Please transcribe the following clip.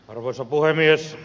arvoisa puhemies